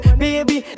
baby